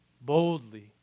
boldly